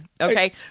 Okay